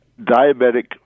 diabetic